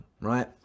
Right